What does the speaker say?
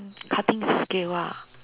mm cutting is a skill ah